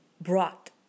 brought